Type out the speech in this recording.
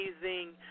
amazing